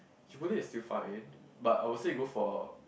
Chipotle is still fine but I would say go for